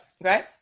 right